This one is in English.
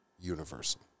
universal